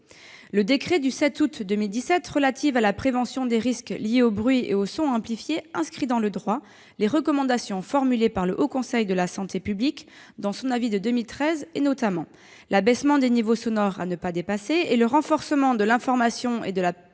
Le décret du 7 août 2017 relatif à la prévention des risques liés aux bruits et aux sons amplifiés inscrit dans le droit les recommandations formulées par le Haut Conseil de la santé publique dans son avis de 2013. Il s'agit notamment de l'abaissement des niveaux sonores à ne pas dépasser et du renforcement de l'information et de la prévention